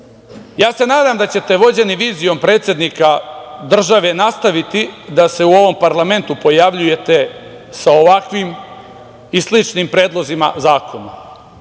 nadam se da ćete vođeni vizijom predsednika države nastaviti da se u ovom parlamentu pojavljujete sa ovakvim i sličnim predlozima zakona